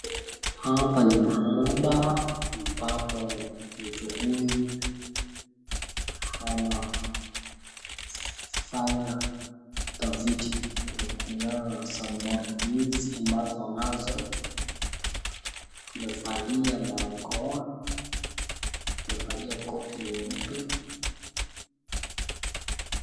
Hapa ni mahabara ambapo mtu huyu anafanya utafiti kulingana na sampuli hizi ambazo anazo. Amevalia barakoa, amevalia koti nyeupe